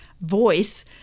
voice